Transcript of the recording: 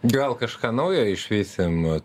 gal kažką naujo išvysim